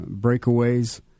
breakaways